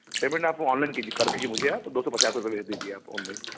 payment आप online कीजिए कर दीजिए मुझे आप दो सौ पचास रुपये भेज दीजिए आप ऑनलाइन